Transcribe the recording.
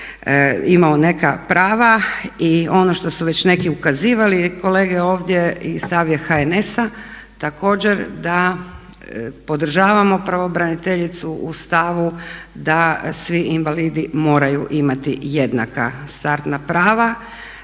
imao neka prava. I on što su već neki ukazivali kolege ovdje i stav je HNS-a, također da podržavamo pravobraniteljicu u stavu da svi invalidi moraju imati jednaka startna prava,